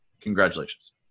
Congratulations